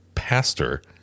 pastor